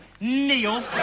Neil